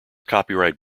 copyright